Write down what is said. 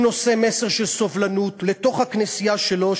הוא נושא מסר של סובלנות לתוך הכנסייה שלו,